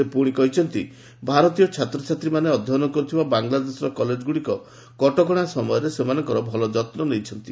ସେ ପୁଣି କହିଛନ୍ତି ଭାରତୀୟ ଛାତ୍ରଛାତ୍ରୀମାନେ ଅଧ୍ୟୟନ କର୍ଥିବା ବାଂଲାଦେଶର କଲେଜଗୁଡ଼ିକ କଟକଣା ସମୟରେ ସେମାନଙ୍କର ଖୁବ୍ ଯତ୍ନ ନେଇଛନ୍ତି